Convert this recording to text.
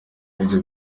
ibyo